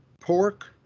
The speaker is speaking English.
pork